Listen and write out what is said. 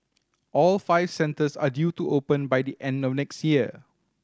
all five centres are due to open by the end of next year